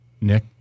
Nick